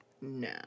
No